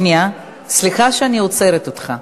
סליחה שאני עוצרת אותך,